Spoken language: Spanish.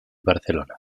barcelona